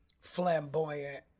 flamboyant